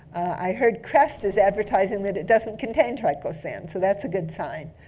i heard crest is advertising that it doesn't contain triclosan, so that's a good sign.